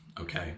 okay